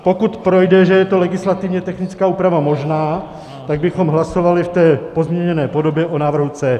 Pokud projde, že je to legislativně technická úprava možná, tak bychom hlasovali v té pozměněné podobě o návrhu C.